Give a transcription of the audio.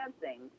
dancing